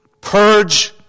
Purge